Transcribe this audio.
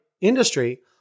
industry